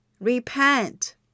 Repent